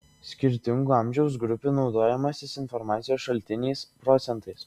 skirtingų amžiaus grupių naudojimasis informacijos šaltiniais procentais